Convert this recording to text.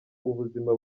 ubuzima